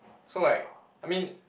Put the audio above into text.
so like I mean